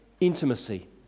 intimacy